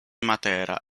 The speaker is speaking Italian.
matera